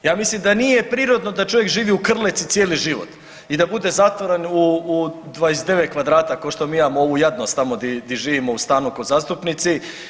Ja mislim da nije prirodno da čovjek živi u krletci cijeli život i da bude zatvoren u 29 kvadrata ko što mi imamo ovu jadnost tamo di živimo u stanu ko zastupnici.